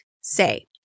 say